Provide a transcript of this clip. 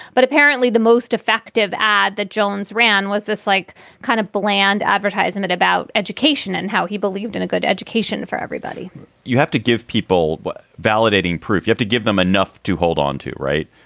but apparently the most effective ad that jones ran was this like kind of bland advertising it about education and how he believed in a good education for everybody you have to give people what? validating proof you have to give them enough to hold onto. right.